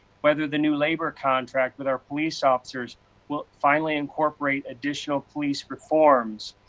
whether the new labor contract with our police officers will finally incorporate additional police reforms.